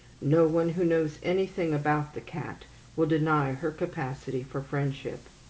no one who knows anything about the cat will deny her capacity for friendship.